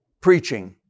preaching